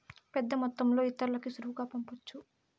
పెద్దమొత్తంలో ఇతరులకి సులువుగా పంపొచ్చు